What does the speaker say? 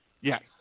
Yes